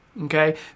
okay